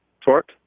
torque